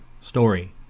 story